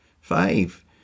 Five